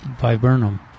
viburnum